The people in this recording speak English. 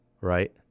right